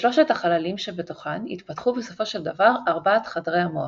משלושת החללים שבתוכן יתפתחו בסופו של דבר ארבעת חדרי המוח,